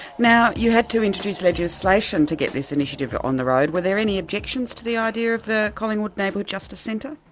now you had to introduce legislation to get this initiative on the road were there any objections to the idea of the collingwood neighbourhood justice centre?